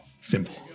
simple